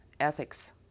ethics